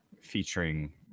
featuring